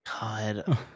God